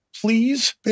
Please